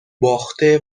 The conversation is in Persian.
باخته